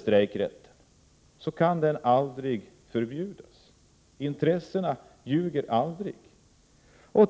Strejkrätten kan aldrig tas bort. Intressena ljuger aldrig.